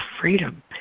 freedom